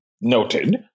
Noted